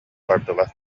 бардылар